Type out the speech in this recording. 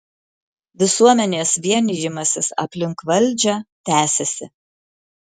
visuomenės vienijimasis aplink valdžią tęsiasi